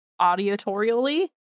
auditorially